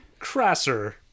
Crasser